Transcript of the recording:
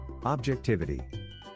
objectivity